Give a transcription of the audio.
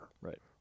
right